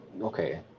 okay